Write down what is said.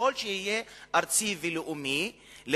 ארצי ולאומי ככל שיהיה,